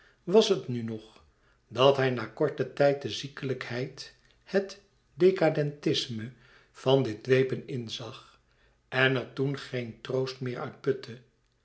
was het nu nog dat hij na korten tijd de ziekelijkheid het decadentisme van dit dwepen inzag en er toen geen troost meer uit putte